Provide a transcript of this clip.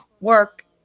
work